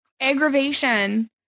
aggravation